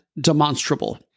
demonstrable